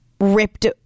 ripped